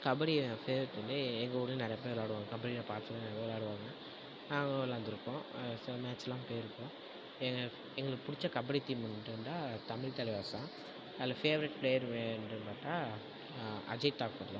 கபடி என் ஃபேவரட் வந்து எங்கள் ஊரில் நிறைய பேர் விள்ளாடுவாங்க கபடி நான் பார்த்ததுலேயே நிறைய விள்ளாடுவாங்க நாங்களும் விள்ளாண்டுருக்கோம் சில மேட்செலாம் போயிருக்கோம் எங்க எங்களுக்கு பிடிச்ச கபடி டீமுண்ட்டு இருந்தால் தமிழ் தலைவாஸ் தான் அதில் ஃபேவரட் ப்ளேயர் வே என்று பார்த்தா அஜய் தாகூர் தான்